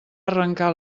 arrencar